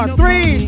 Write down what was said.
three